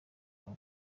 rwa